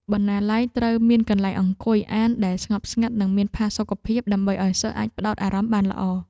បណ្ណាល័យត្រូវមានកន្លែងអង្គុយអានដែលស្ងប់ស្ងាត់និងមានផាសុកភាព ដើម្បីឱ្យសិស្សអាចផ្តោតអារម្មណ៍បានល្អ។